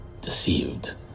deceived